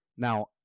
Now